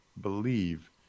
believe